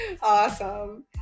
Awesome